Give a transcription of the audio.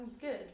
good